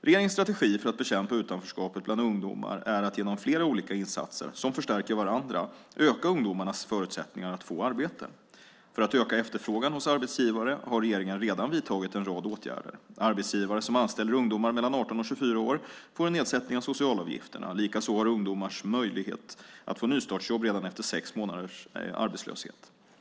Regeringens strategi för att bekämpa utanförskapet bland ungdomar är att genom flera olika insatser, som förstärker varandra, öka ungdomarnas förutsättningar att få arbete. För att öka efterfrågan hos arbetsgivare har regeringen redan vidtagit en rad åtgärder. Arbetsgivare som anställer ungdomar mellan 18 och 24 år får en nedsättning av socialavgifterna. Likaså har ungdomar möjlighet att få nystartsjobb redan efter sex månaders arbetslöshet.